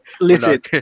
Listen